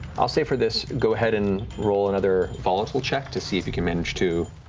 i'll say for this, go ahead and roll another volatile check, to see if you can manage to